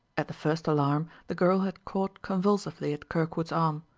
at the first alarm the girl had caught convulsively at kirkwood's arm.